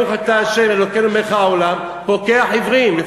תברכי: ברוך אתה ה' אלוקינו מלך העולם פוקח עיוורים.